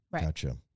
Gotcha